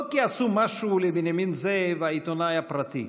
לא כי עשו משהו לבנימין זאב העיתונאי הפרטי,